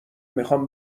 میخام